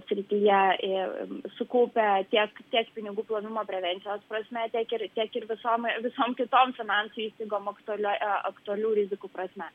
srityje ir sukaupę tiek tiek pinigų plovimo prevencijos prasme tiek ir tiek ir visom visom kitom finansų įstaigom aktualioj aktualių rizikų prasme